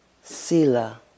Sila